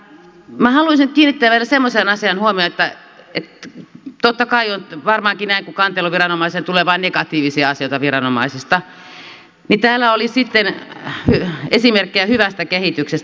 minä haluaisin nyt kiinnittää vielä huomiota semmoiseen asiaan kun totta kai on varmaankin näin että kanteluviranomaiselle tulee vain negatiivisia asioita viranomaisista että täällä oli sitten esimerkkejä hyvästä kehityksestä